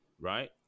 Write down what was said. right